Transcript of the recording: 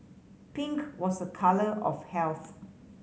pink was a colour of health